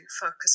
focus